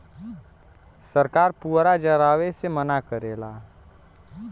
सरकार पुअरा जरावे से मना करेला